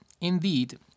Indeed